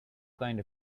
kind